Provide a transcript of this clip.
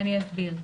ואני אסביר.